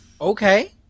Okay